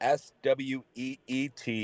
sweet